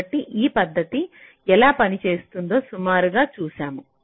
కాబట్టి ఈ పద్ధతి ఎలా పనిచేస్తుందో సుమారుగా చూసాము